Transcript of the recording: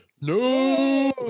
no